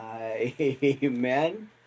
Amen